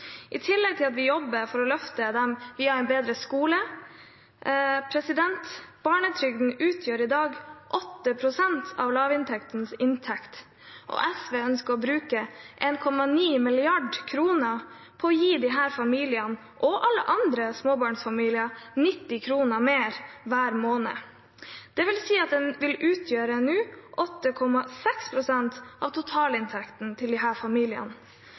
i tillegg til at vi jobber for å løfte dem via en bedre skole. Barnetrygden utgjør i dag 8 pst. av lavinntektsfamilienes totalinntekt. SV ønsker å bruke 1,9 mrd. kr på å gi disse familiene og alle andre småbarnsfamilier 90 kr mer hver måned, dvs. at barnetrygden vil utgjøre 8,6 pst. av totalinntekten til disse familiene.